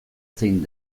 zein